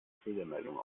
fehlermeldung